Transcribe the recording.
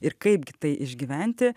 ir kaip tai išgyventi